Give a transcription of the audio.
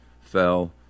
fell